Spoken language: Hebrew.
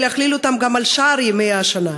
ולהחיל אותם גם על שאר ימי השנה,